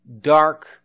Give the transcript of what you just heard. dark